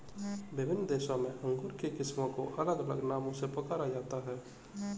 विभिन्न देशों में अंगूर की किस्मों को अलग अलग नामों से पुकारा जाता है